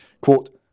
Quote